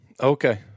Okay